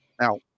Now